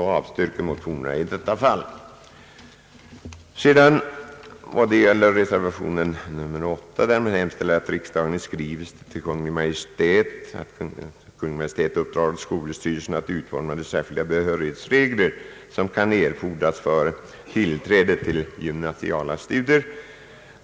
Utskottet avstyrker därför motionerna i denna del. I reservation 8 yrkas att riksdagen i skrivelse till Kungl. Maj:t hemställer att Kungl. Maj:t uppdrar åt skolöverstyrelsen att utforma de särskilda behörighetsregler som kan erfordras för tillträde till gymnasiala studier.